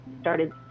started